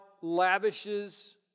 lavishes